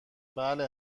بله